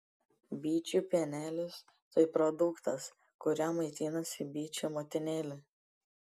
bičių pienelis tai produktas kuriuo maitinasi bičių motinėlė